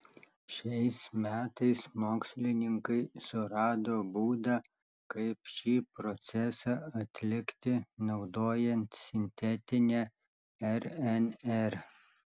šiais metais mokslininkai surado būdą kaip šį procesą atlikti naudojant sintetinę rnr